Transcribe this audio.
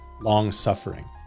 long-suffering